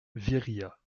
viriat